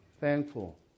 thankful